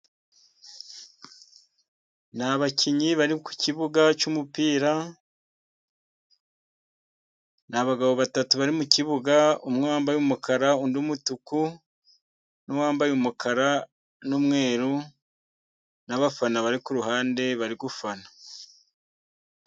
Abakinnyi bari ku kibuga cy'umupira, ni abagabo batatu bari mu kibuga, umwe yambaye umukara, undi umutuku n'uwambaye umukara n'umweru, n'abafana bari kuruhande bari gufana.